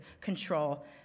control